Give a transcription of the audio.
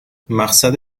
مقصد